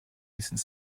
recent